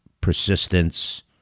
persistence